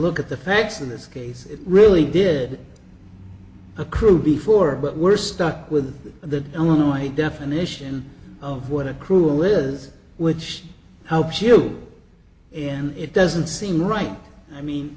look at the facts of this case it really did accrue before but we're stuck with the only definition of what a cruel is which helps you it doesn't seem right i mean